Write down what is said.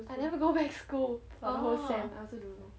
I never go back school for whole sem I also don't know